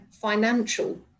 financial